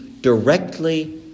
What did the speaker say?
directly